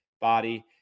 body